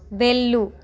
వెళ్ళు